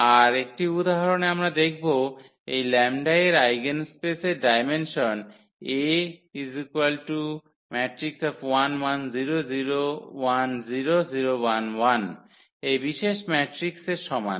আর একটি উদাহরনে আমরা দেখব এই λ এর আইগেনস্পেসের ডায়মেনশন এই বিশেষ ম্যাট্রিক্সের সমান